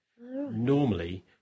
Normally